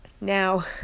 now